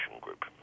group